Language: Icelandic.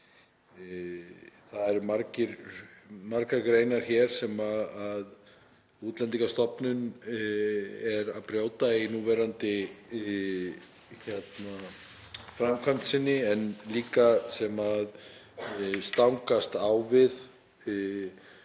það eru margar greinar hér sem Útlendingastofnun er að brjóta í núverandi framkvæmd sinni en líka greinar sem stangast á við